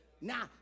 now